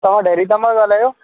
तव्हां डेयरी था मां ॻाल्हायो